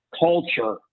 culture